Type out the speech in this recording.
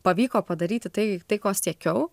pavyko padaryti tai ko siekiau